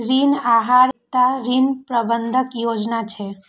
ऋण आहार एकटा ऋण प्रबंधन योजना छियै